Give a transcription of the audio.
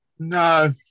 No